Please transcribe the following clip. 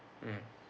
mm